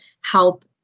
help